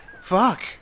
fuck